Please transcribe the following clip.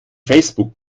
facebook